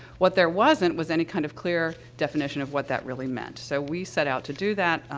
what there wasn't, was any kind of clear definition of what that really meant. so, we set out to do that,